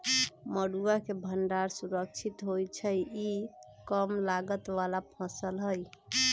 मरुआ के भण्डार सुरक्षित होइ छइ इ कम लागत बला फ़सल हइ